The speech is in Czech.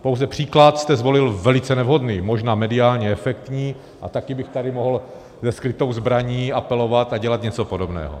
Pouze příklad jste zvolil velice nevhodný, možná mediálně efektní, a také bych tady mohl se skrytou zbraní apelovat a dělat něco podobného.